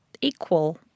equal